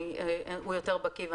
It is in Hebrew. והוא יותר בקיא.